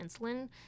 insulin